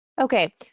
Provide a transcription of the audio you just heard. Okay